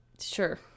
sure